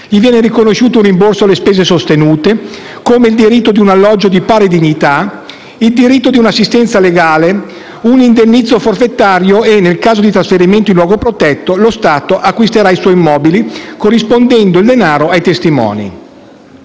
gli viene riconosciuto un rimborso delle spese sostenute, come il diritto ad un alloggio di pari dignità, il diritto a un'assistenza legale e un indennizzo forfetario; nel caso di trasferimento in un luogo protetto, lo Stato acquisterà poi i suoi immobili, corrispondendo il denaro ai testimoni.